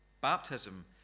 baptism